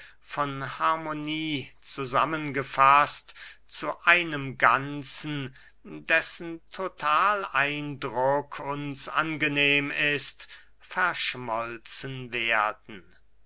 von harmonie zusammengefaßt zu einem ganzen dessen totaleindruck uns angenehm ist verschmolzen werden